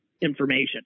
information